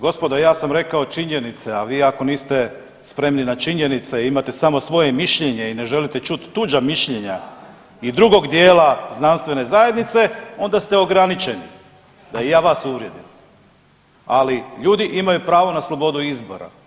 Gospodo ja sam rekao činjenice, a vi ako niste spremni na činjenice imate samo svoje mišljenje i ne želite čut tuđa mišljenja i drugog dijela znanstvene zajednice onda ste ograničeni, da i ja vas uvrijedim, ali ljudi imaju pravo na slobodu izbora.